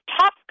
top